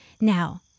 Now